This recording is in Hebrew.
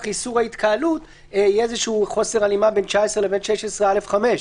איסור ההתקהלות יהיה חוסר הלימה בין סעיף 19 לסעיף 16(א)(5).